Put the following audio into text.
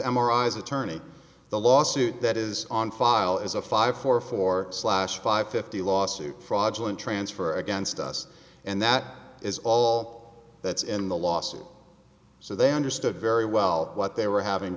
eyes attorney the lawsuit that is on file is a five four four slash five fifty lawsuit fraudulent transfer against us and that is all that's in the lawsuit so they understood very well what they were having